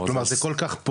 כלומר זה כל כך,